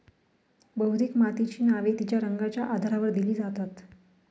बहुतेक मातीची नावे तिच्या रंगाच्या आधारावर दिली जातात